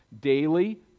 daily